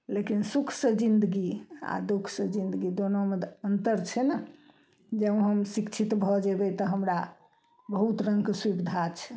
लेकिन सुखसँ जिन्दगी आओर दुःखसँ जिंदगी दोनोमे तऽ अन्तर छै ने जब हम शिक्षित भऽ जेबय तऽ हमरा बहुत रङ्गके सुविधा छै